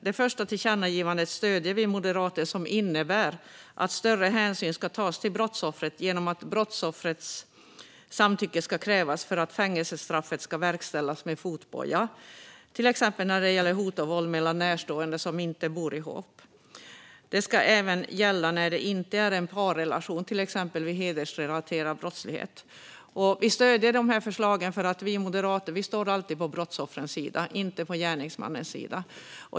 Det första tillkännagivandet stöder vi moderater. Det innebär att större hänsyn ska tas till brottsoffret genom att brottsoffrets samtycke ska krävas för att fängelsestraffet ska verkställas med fotboja, till exempel när det gäller hot och våld mellan närstående som inte bor ihop. Det ska gälla även när det inte är en parrelation, till exempel vid hedersrelaterad brottslighet. Vi stöder de här förslagen för att vi moderater alltid står på brottsoffrets sida och inte på gärningsmannens sida.